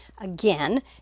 again